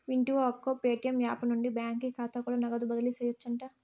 వింటివా అక్కో, Paytm app నుండి బాకీ కాతా కూడా నగదు బదిలీ సేయొచ్చంట